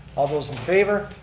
all those in favor?